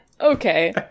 Okay